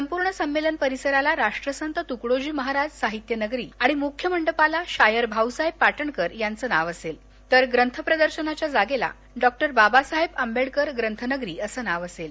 संपूर्ण संमेलन परिसराला राष्ट्रसंत तुकडोजी महाराज साहित्य नगरी असं नाव आणि मुख्य मंडपाला शायर भाऊसाहेब पाटणकर यांचं नाव असेल तर ग्रंथ प्रदर्शनाच्या जागेला डॉक्टर बाबासाहेब आबेडकर ग्रंथनगरी अस नाव असेल